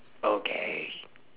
okay